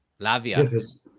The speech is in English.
Lavia